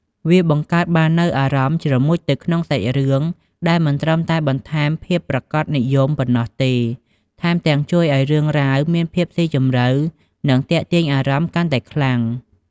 វាបង្កើតបាននូវអារម្មណ៍ជ្រមុជទៅក្នុងសាច់រឿង ដែលមិនត្រឹមតែ បន្ថែមភាពប្រាកដនិយម ប៉ុណ្ណោះទេ ថែមទាំង ជួយឱ្យរឿងរ៉ាវមានភាពស៊ីជម្រៅ និងទាក់ទាញអារម្មណ៍កាន់តែខ្លាំង។